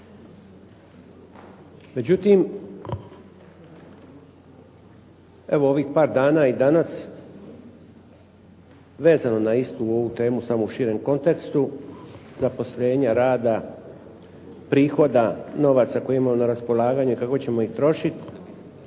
Međutim evo ovih par dana i danas vezano na istu ovu temu, samo u širem kontekstu, zaposlenja, rada, prihoda, novaca koji imamo na raspolaganju i kako ćemo ih trošiti